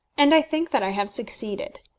and i think that i have succeeded.